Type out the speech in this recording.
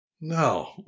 no